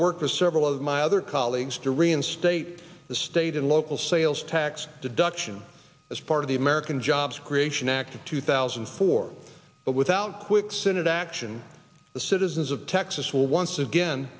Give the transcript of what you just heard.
worked with several of my other colleagues to reinstate the state and local sales tax deduction as part of the american jobs creation act of two thousand and four but without quick senate action the citizens of texas will once again